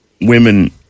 women